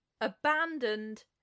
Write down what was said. Abandoned